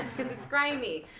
it's grimy.